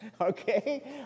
Okay